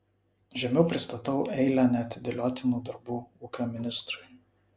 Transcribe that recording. žemiau pristatau eilę neatidėliotinų darbų ūkio ministrui